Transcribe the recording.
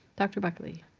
dr. buckley?